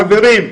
חברים,